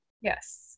Yes